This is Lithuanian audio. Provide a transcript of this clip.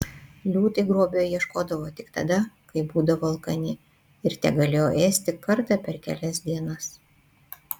liūtai grobio ieškodavo tik tada kai būdavo alkani ir tegalėjo ėsti kartą per kelias dienas